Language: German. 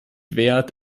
währt